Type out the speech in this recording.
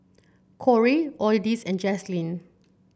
Corie and Jaslene